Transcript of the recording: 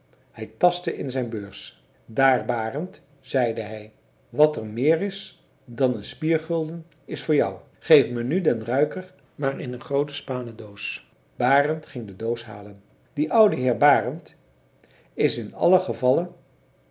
hij tastte in zijn beurs daar barend zeide hij wat er meer is dan een spiergulden is voor jou geef me nu den ruiker maar in een groote spanen doos barend ging de doos halen die oude heer barend is in allen gevalle